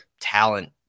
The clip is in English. talent